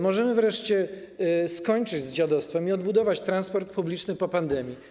Możemy wreszcie skończyć z dziadostwem i odbudować transport publiczny po pandemii.